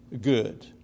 good